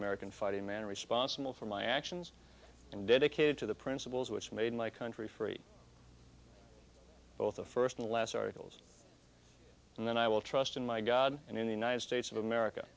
american fighting man responsible for my actions and dedicated to the principles which made my country free both the first and last articles and then i will trust in my god and in the united states of america